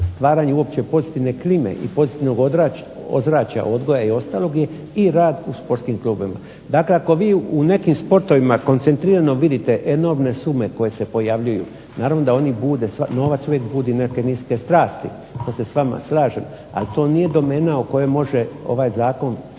stvaranje uopće pozitivne klime i pozitivnog ozračja, odgoja i ostalog je i rad u športskim klubovima. Dakle, ako vi u nekim sportovima koncentrirano vidite enormne sume koje se pojavljuju naravno da oni bude, novac uvijek budi neke niske strasti, to se s vama slažem. Ali to nije domena o kojoj može ovaj zakon